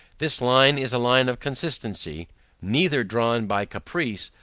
this line is a line of consistency neither drawn by caprice,